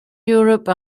europe